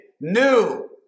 new